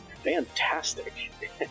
fantastic